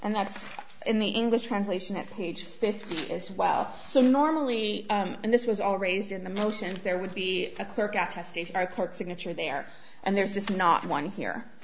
and that's in the english translation at page fifty as well so normally and this was all raised in the motion there would be a clerk out to state our court signature there and there's just not one here